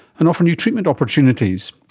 and offer new treatment opportunities.